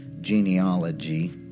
genealogy